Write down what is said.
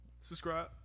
Subscribe